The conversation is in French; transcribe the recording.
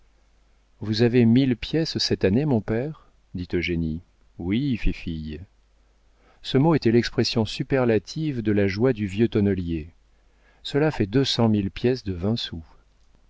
vous avez mille pièces cette année mon père dit eugénie oui fifille ce mot était l'expression superlative de la joie du vieux tonnelier cela fait deux cent mille pièces de vingt sous